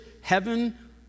heaven